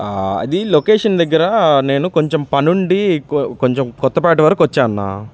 అదీ లొకేషన్ దగ్గర నేను కొంచెం పని ఉంది కొంచెం కొత్తపేట వరకు వచ్చా అన్నా